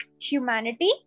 humanity